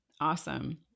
Awesome